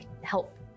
help